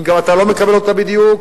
גם אם אתה לא מקבל אותה בדיוק,